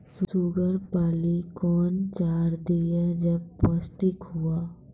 Sugar पाली कौन चार दिय जब पोस्टिक हुआ?